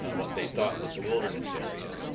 what they thought was a wilderness area.